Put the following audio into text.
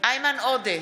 איימן עודה,